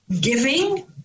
giving